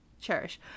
Cherish